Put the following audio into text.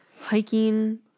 hiking